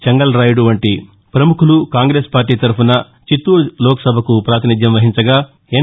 చెంగల్ రాయనాయుడు వంటి ప్రముఖులు కాంగ్రెస్ పార్లీ తరపున చిత్తూరు లోక్ సభకు ప్రాతినిధ్యం వహించగా ఎన్